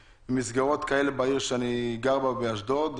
מסגרות כאלה בעיר אשדוד שאני גר בה.